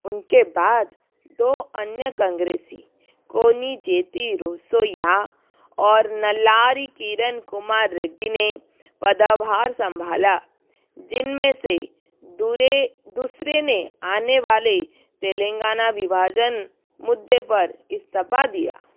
उनके बाद दो अन्य कांग्रेसी कोनिजेती रोसोया और नल्लारी किरण कुमार रेड्डी ने पदभर सम्भाला जिनमें से दूरे दूसरे ने आने वाले तेलंगाना विभाजन मुद्दे पर इस्तीफ़ा दिया